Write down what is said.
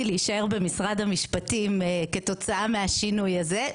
להישאר במשרד המשפטים כתוצאה מהשינוי הזה,